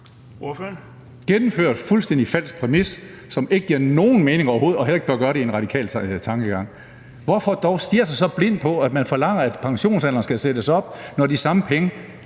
gennemført falsk præmis, som ikke giver nogen mening overhovedet og heller ikke bør gøre det i en radikal tankegang. Hvorfor dog stirre sig så blind på at forlange, at pensionsalderen skal sættes op, når de samme penge